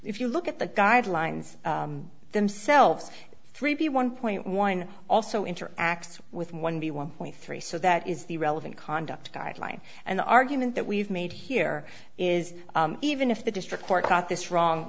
if you look at the guidelines themselves three b one point one also interacts with one b one point three so that is the relevant conduct guideline and the argument that we've made here is even if the district court got this wrong